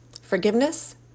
Forgiveness